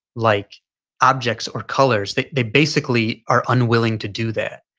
like objects or colors they they basically are unwilling to do that.